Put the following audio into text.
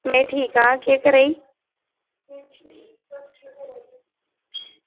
में ठीक आं केह् करा दी